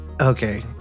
Okay